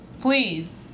Please